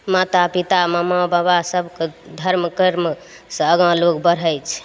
माता पिता मामा बाबा सभके धर्म कर्मसँ आगा लोग बढ़य छै